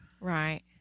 Right